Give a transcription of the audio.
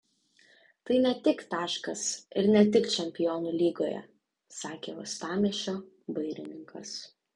tai ne tik taškas ir ne tik čempionų lygoje sakė uostamiesčio vairininkas